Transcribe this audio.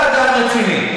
הרי אתה אדם רציני,